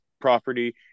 property